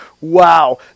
wow